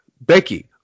Becky